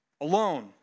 Alone